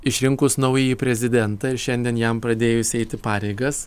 išrinkus naująjį prezidentą ir šiandien jam pradėjus eiti pareigas